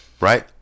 right